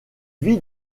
vit